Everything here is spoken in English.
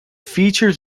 features